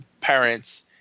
parents